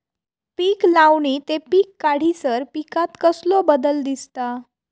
पीक लावणी ते पीक काढीसर पिकांत कसलो बदल दिसता?